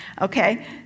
Okay